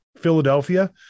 Philadelphia